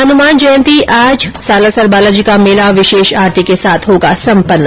हनुमान जयंती आज सालासर बालाजी का मेला विशेष आरती के साथ होगा सम्पन्न